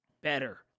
better